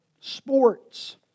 Sports